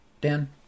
Dan